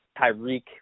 Tyreek –